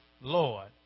Lord